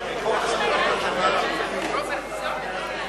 לשנים 2009 ו-2010)